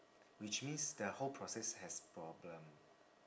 which means the whole process has problem